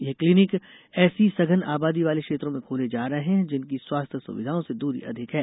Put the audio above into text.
यह क्लीनिक ऐसी सघन आबादी वाले क्षेत्रों में खोले जा रहे हैं जिनकी स्वास्थ्य संस्थाओं से दूरी अधिक है